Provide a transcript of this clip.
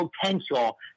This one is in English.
potential